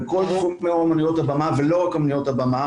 בכל תחום מאמנויות הבמה ולא רק אמנויות הבמה